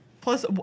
Plus